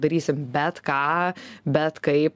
darysim bet ką bet kai